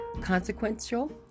consequential